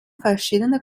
verschiedene